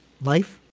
life